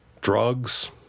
Drugs